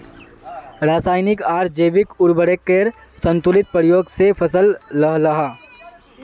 राशयानिक आर जैविक उर्वरकेर संतुलित प्रयोग से फसल लहलहा